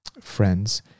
friends